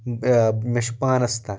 مےٚ چھُ پانس تانۍ